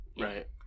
Right